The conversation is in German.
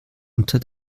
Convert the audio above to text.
unter